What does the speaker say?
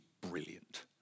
brilliant